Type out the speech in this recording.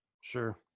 Sure